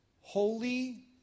Holy